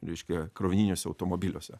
reiškia krovininiuose automobiliuose